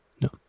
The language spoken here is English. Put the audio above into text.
no